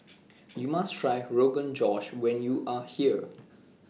YOU must Try Rogan Josh when YOU Are here